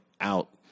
out